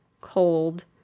cold